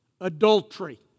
adultery